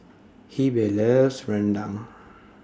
Heber loves Rendang